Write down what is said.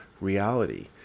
reality